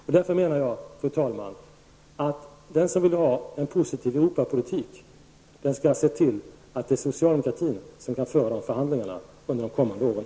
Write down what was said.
Jag menar därför, fru talman, att den som vill ha en positiv Europapolitik skall se till att socialdemokraterna kan föra dessa förhandlingarna under de kommande åren.